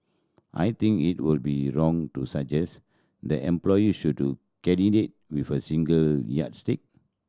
I think it would be wrong to suggest that employee should to candidate with a single yardstick